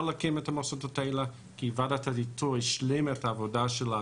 להקים את המוסדות האלה כי ועדת האיתור השלימה את העבודה שלה